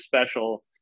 special